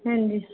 ਹਾਂਜੀ